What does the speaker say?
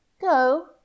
Go